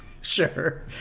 Sure